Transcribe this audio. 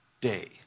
day